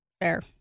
Fair